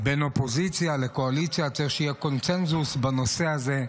בין אופוזיציה לקואליציה צריך שיהיה קונסנזוס בנושא הזה.